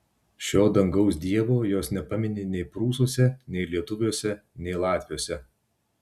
šio dangaus dievo jos nepamini nei prūsuose nei lietuviuose nei latviuose